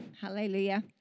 Hallelujah